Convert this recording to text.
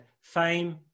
fame